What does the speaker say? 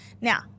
Now